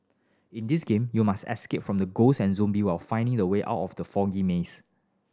in this game you must escape from the ghost and zombie while finding the way out of the foggy maze